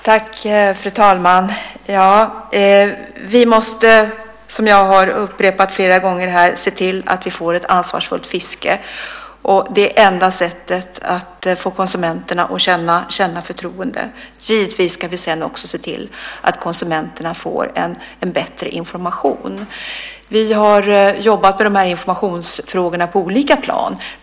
Fru talman! Vi måste, som jag har upprepat flera gånger här, se till att vi får ett ansvarsfullt fiske. Det är det enda sättet att få konsumenterna att känna förtroende. Givetvis ska vi sedan också se till att konsumenterna får en bättre information. Vi har jobbat med informationsfrågorna på olika plan.